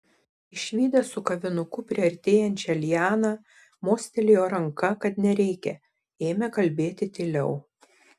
išvydęs su kavinuku priartėjančią lianą mostelėjo ranka kad nereikia ėmė kalbėti tyliau